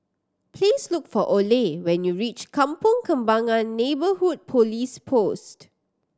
please look for Oley when you reach Kampong Kembangan Neighbourhood Police Post